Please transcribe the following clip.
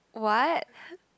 what